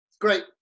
Great